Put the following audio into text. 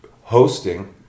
hosting